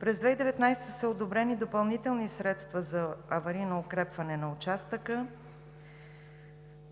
През 2019 г. са одобрени допълнителни средства за аварийно укрепване на участъка,